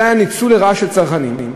זה היה ניצול לרעה של צרכנים.